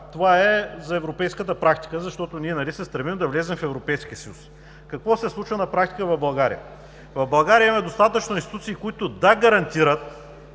Това е за европейската практика, защото ние се стремим да влезем в Европейския съюз. Какво се случва на практика в България? В България има достатъчно институции, които да гарантират